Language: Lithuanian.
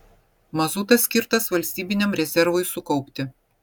mazutas skirtas valstybiniam rezervui sukaupti